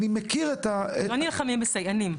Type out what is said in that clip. אני מכיר --- אנחנו לא נלחמים בסייענים,